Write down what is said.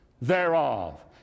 thereof